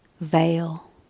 veil